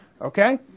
Okay